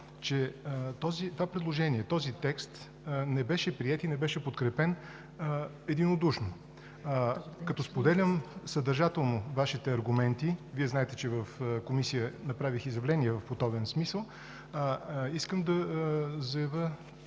че това предложение, този текст не беше приет и не беше подкрепен единодушно. Като споделям съдържателно Вашите аргументи, Вие знаете, че в Комисията направих изявление в подобен смисъл, искам да заявя